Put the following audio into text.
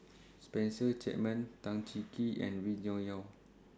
Spencer Chapman Tan Cheng Kee and Wee Cho Yaw